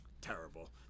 terrible